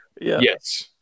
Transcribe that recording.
Yes